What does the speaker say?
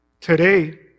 Today